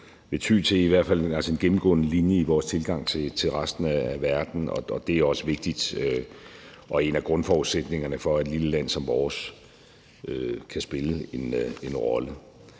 til, altså i hvert fald en gennemgående linje i vores tilgang til resten af verden. Det er også vigtigt og en af grundforudsætningerne for, at et lille land som vores kan spille en rolle.